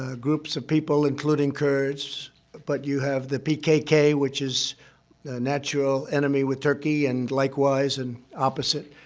ah groups of people, including kurds but you have the pkk, which is a natural enemy with turkey, and likewise and opposite,